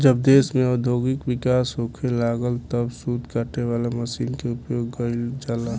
जब देश में औद्योगिक विकास होखे लागल तब सूत काटे वाला मशीन के उपयोग गईल जाला